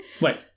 Wait